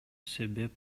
себеп